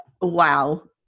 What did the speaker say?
wow